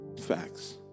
facts